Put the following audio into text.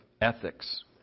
ethics